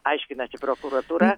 aiškinasi prokuratūra